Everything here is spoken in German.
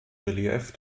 relief